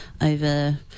over